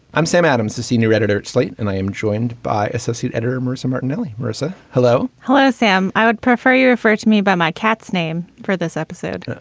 i'm sam adams, the senior editor at slate and i am joined by associate editor mirza martinelli. mersa. hello hello, sam. i would prefer you refer to me by my cat's name for this episode. yes,